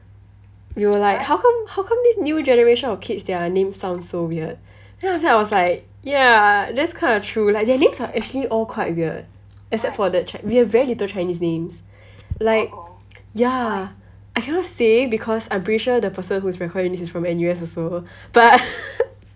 we were like how come how come this new generation of kids their names sound so weird then after that i was like ya that's quite true like their names are actually all quite weird except for that chi~ we have very little chinese names like ya I cannot say because I'm pretty sure the person who's recording this is from N_U_S also but